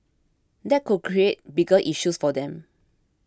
that could create bigger issues for them